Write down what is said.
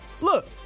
Look